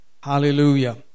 Hallelujah